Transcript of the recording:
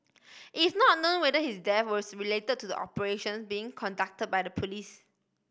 it's not known whether his death was C relate to the operations being conduct by the police